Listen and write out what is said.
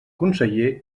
conseller